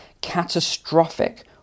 catastrophic